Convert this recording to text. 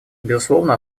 безусловно